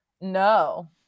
No